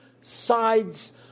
sides